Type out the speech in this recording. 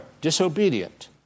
disobedient